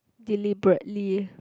deliberately